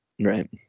right